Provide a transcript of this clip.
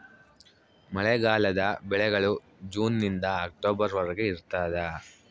ಮಳೆಗಾಲದ ಬೆಳೆಗಳು ಜೂನ್ ನಿಂದ ಅಕ್ಟೊಬರ್ ವರೆಗೆ ಇರ್ತಾದ